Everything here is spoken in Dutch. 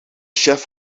chef